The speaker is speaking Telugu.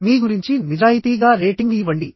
మీ గురించి నిజాయితీ గా రేటింగ్ ఇవ్వండి